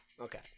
Okay